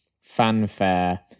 fanfare